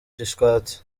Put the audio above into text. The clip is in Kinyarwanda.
gishwati